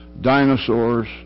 dinosaurs